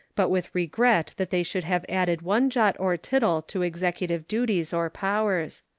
but with regret that they should have added one jot or tittle to executive duties or powers.